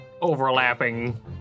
overlapping